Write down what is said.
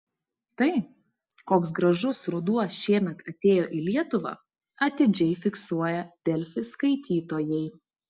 tai koks gražus ruduo šiemet atėjo į lietuvą atidžiai fiksuoja delfi skaitytojai